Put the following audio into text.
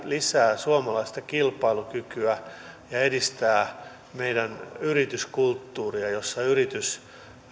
lisää suomalaista kilpailukykyä ja edistää meidän yrityskulttuuriamme jossa yritys